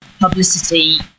publicity